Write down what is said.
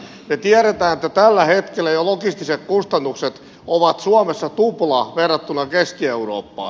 me tiedämme että tällä hetkellä jo logistiset kustannukset ovat suomessa tupla verrattuna keski eurooppaan